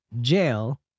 jail